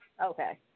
Okay